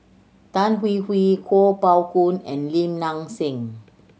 Tan Hwee Hwee Kuo Pao Kun and Lim Nang Seng